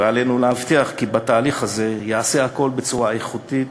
ועלינו להבטיח כי בתהליך הזה ייעשה הכול בצורה איכותית,